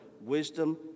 Wisdom